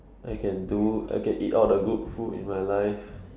I can do I can eat all the good food in my life